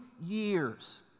years